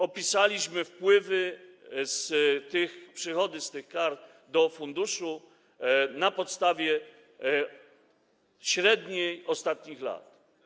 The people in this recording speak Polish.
Opisaliśmy wpływy, przychody z tych kar do funduszu na podstawie średniej ostatnich lat.